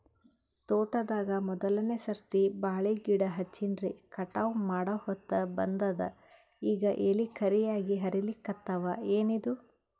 ತೋಟದಾಗ ಮೋದಲನೆ ಸರ್ತಿ ಬಾಳಿ ಗಿಡ ಹಚ್ಚಿನ್ರಿ, ಕಟಾವ ಮಾಡಹೊತ್ತ ಬಂದದ ಈಗ ಎಲಿ ಕರಿಯಾಗಿ ಹರಿಲಿಕತ್ತಾವ, ಏನಿದು?